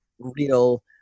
real